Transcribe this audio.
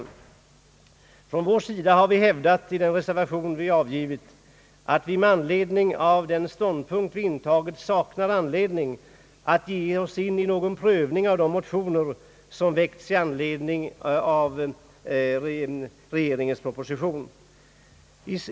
I den reservation, II, som vi har fogat till tredje lagutskottets utlåtande nr 58, har vi hävdat att vi med anledning av den ståndpunkt som vi intagit saknar anledning att gå in på någon prövning av de motioner som väckts i anledning av regeringens proposition.